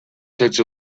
such